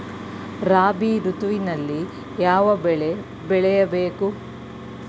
ರಾಬಿ ಋತುವಿನಲ್ಲಿ ಯಾವ ಬೆಳೆ ಬೆಳೆಯ ಬೇಕು?